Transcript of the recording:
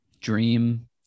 dream